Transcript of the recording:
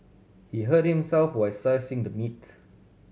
he hurt himself while slicing the meats